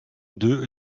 deux